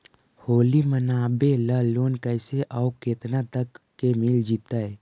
होली मनाबे ल लोन कैसे औ केतना तक के मिल जैतै?